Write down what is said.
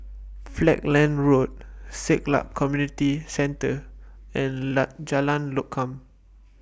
Falkland Road Siglap Community Centre and Jalan Lokam